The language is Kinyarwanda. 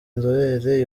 inzobere